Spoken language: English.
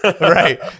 Right